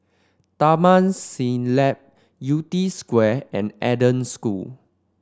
Taman Siglap Yew Tee Square and Eden School